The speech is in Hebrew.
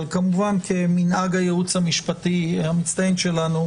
אבל כמובן כמנהג הייעוץ המשפטי המצטיין שלנו,